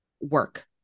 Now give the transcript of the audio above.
work